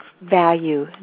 value